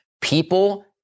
people